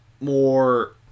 more